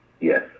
yes